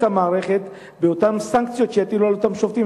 המערכת בסנקציות שיטילו על אותם שופטים,